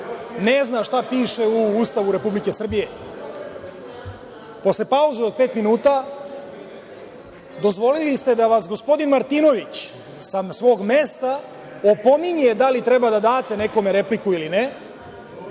ne zna šta piše u Ustavu Republike Srbije. Posle pauze od pet minuta, dozvolili ste da vas gospodin Martinović sa svog mesta opominje da li treba da date nekome repliku ili ne,